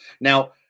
Now